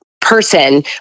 person